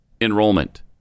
enrollment